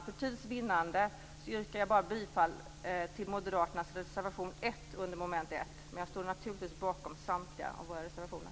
För tids vinnande yrkar jag bara bifall till Moderaternas reservation 1 under mom. 1, men jag står naturligtvis bakom samtliga av våra reservationer.